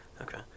Okay